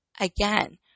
again